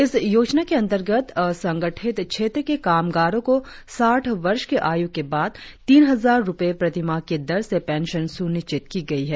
इस योजना के अंतर्गत असंगठित क्षेत्र के कामगारों को साठ वर्ष की आयु के बाद तीन हजार रुपये प्रतिमाह की दर से पेंशन सुनिश्चित की गई है